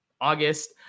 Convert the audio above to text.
August